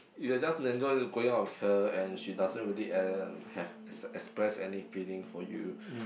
you are just enjoy to going out with her and she doesn't really um have express any feeling for you